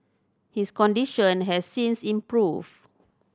his condition has since improved